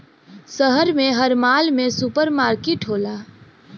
शहर में हर माल में सुपर मार्किट होला